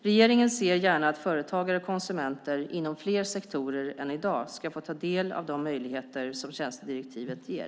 Regeringen ser gärna att företagare och konsumenter inom fler sektorer än i dag ska få ta del av de möjligheter som tjänstedirektivet ger.